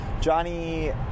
Johnny